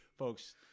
Folks